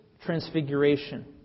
transfiguration